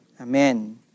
amen